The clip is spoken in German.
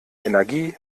energie